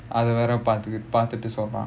அது வேற பாத்துட்டு சொல்றேன்:athu vera paathuttu solraen